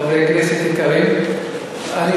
אתה מנצל דברים לזכר בגין כדי לתקוף חברי ליכוד.